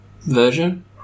version